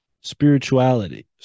Spirituality